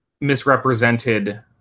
misrepresented